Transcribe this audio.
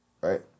right